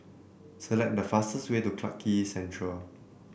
select the fastest way to Clarke Quay Central